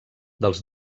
dels